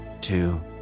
two